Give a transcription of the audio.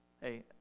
hey